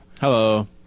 Hello